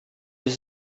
ist